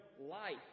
life